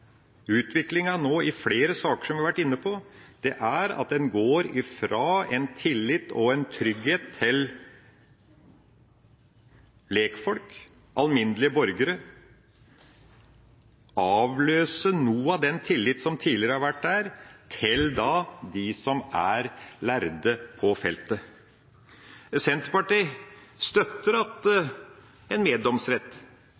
utviklinga nå i flere saker som vi har vært inne på, er at en går fra en tillit og en trygghet til lekfolk, alminnelige borgere – at en avløser noe av den tilliten som tidligere har vært der – til dem som er lærde på feltet. Senterpartiet støtter en kombinasjon av en meddomsrett